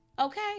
Okay